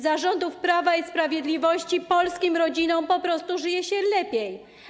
Za rządów Prawa i Sprawiedliwości polskim rodzinom po prostu żyje się lepiej.